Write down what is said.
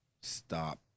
stop